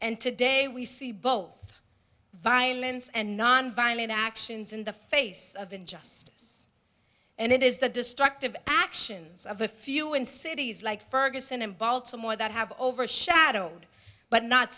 and today we see both violence and nonviolent actions in the face of injustice and it is the destructive actions of a few in cities like ferguson in baltimore that have overshadowed but not